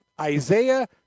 Isaiah